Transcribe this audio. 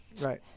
Right